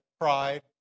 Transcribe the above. pride